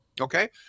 Okay